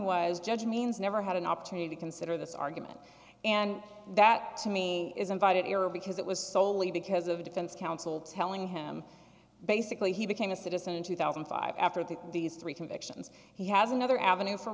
was judge means never had an opportunity to consider this argument and that to me is invited error because it was soley because of a defense counsel telling him basically he became a citizen in two thousand and five after that these three convictions he has another avenue for